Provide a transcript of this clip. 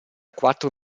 quattro